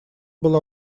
была